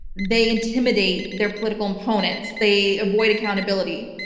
they intimidate their political opponents. they avoid accountability.